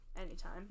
Anytime